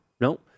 no